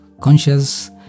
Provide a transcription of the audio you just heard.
conscious